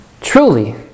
truly